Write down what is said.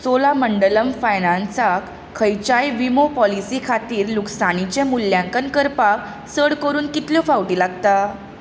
चोलामंडलम फायन्नसाक खंयच्याय विमो पॉलिसी खातीर लुकसाणीचें मुल्यांकन करपाक चड करून कितल्यो फावटी लागतात